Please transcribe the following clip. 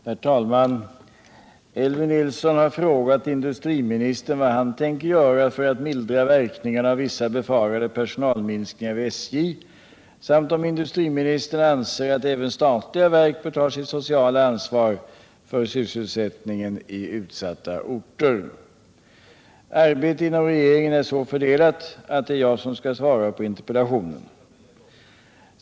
Herr talman! Elvy Nilsson har frågat industriministern vad han tänker göra för att mildra verkningarna av vissa befarade personalminskningar vid SJ samt om industriministern anser att även statliga verk bör ta sitt sociala ansvar för sysselsättningen i utsatta orter. Arbetet inom regeringen är så fördelat att det är jag som skall svara på interpellationen.